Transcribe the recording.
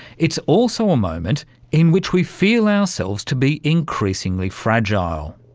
it's also a moment in which we feel ourselves to be increasingly fragile.